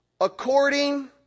according